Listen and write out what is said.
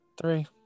three